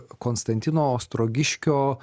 konstantino ostrogiškio